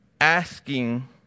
asking